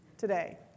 today